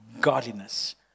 godliness